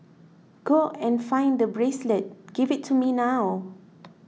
go and find the bracelet give it to me now